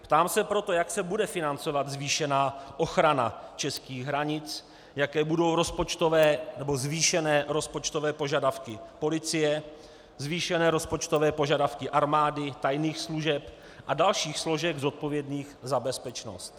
Ptám se proto, jak se bude financovat zvýšená ochrana českých hranic, jaké budou rozpočtové nebo zvýšené rozpočtové požadavky policie, zvýšené rozpočtové požadavky armády, tajných služeb a dalších složek zodpovědných za bezpečnost.